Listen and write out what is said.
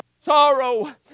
sorrow